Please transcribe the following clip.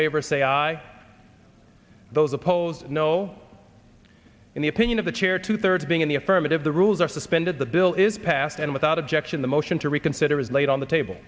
favor say aye those opposed no in the opinion of the chair two thirds being in the affirmative the rules are suspended the bill is passed and without objection the motion to reconsider is laid on the table